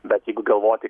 bet jeigu galvoti